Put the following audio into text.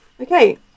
Okay